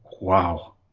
wow